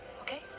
Okay